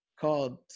called